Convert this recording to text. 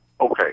Okay